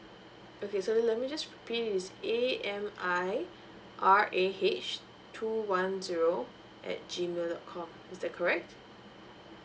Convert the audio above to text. okay so let me just repeat is a m i r a h two one zero at G mail dot com is that correct